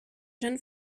jeune